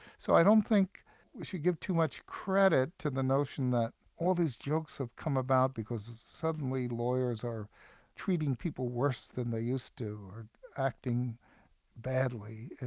so i don't think we should give too much credit to the notion that all these jokes have come about because suddenly lawyers are treating people worse than they used to, or acting badly,